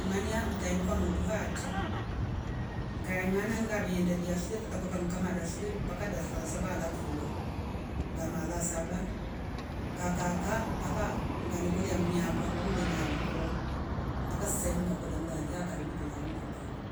Ngilevengaria ha mtaeni kwa motru haatri tataakwa kavengikamatra shule ngasoma mpaka darasa la saba halya kruva ngakaa kaa mpaka nganekolya mimi akwa nilo ngelenealikwa uu mpaka sa hi kwakolya ngilali hatri.